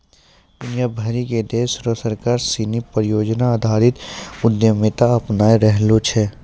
दुनिया भरी के देश र सरकार सिनी परियोजना आधारित उद्यमिता अपनाय रहलो छै